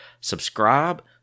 Subscribe